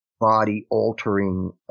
body-altering